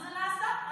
וזה עדיין נעשה.